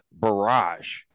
barrage